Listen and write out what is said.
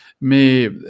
Mais